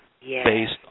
based